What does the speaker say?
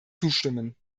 zustimmen